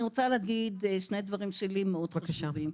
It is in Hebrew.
אני רוצה לומר שני דברים שלי מאוד חשובים.